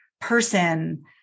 person